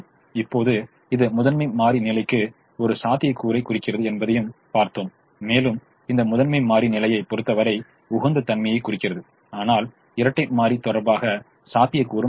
இப்போது இது முதன்மை மாறி நிலைக்கு ஒரு சாத்தியக்கூறைக் குறிக்கிறது என்பதையும் பார்த்தோம் மேலும் இந்த முதன்மை மாறி நிலையைப் பொறுத்தவரை உகந்த தன்மையைக் குறிக்கிறது ஆனால் இரட்டை மாறி தொடர்பாக சாத்தியக்கூறும் உள்ளது